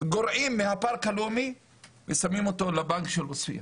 גורעים מהפארק הלאומי ושמים אותו לבנק של עוספיה.